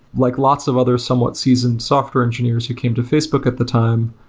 like lots of other somewhat seasoned software engineers who came to facebook at the time,